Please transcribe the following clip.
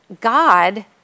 God